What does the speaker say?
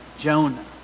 Jonah